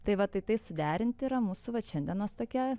tai va tai suderinti yra mūsų vat šiandienos tokie